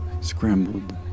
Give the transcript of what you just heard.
scrambled